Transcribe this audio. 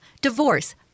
divorce